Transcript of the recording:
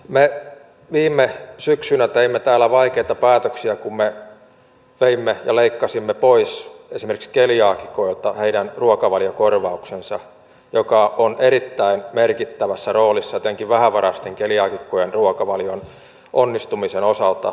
me viime syksynä teimme täällä vaikeita päätöksiä kun me leikkasimme pois esimerkiksi keliaakikoilta heidän ruokavaliokorvauksensa joka on erittäin merkittävässä roolissa etenkin vähävaraisten keliaakikkojen ruokavalion onnistumisen osalta